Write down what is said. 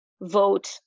vote